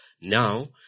Now